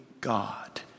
God